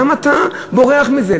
למה אתה בורח מזה?